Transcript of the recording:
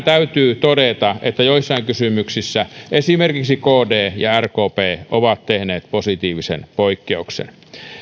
täytyy todeta että joissain kysymyksissä esimerkiksi kd ja rkp ovat tehneet positiivisen poikkeuksen